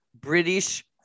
British